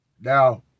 now